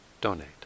donate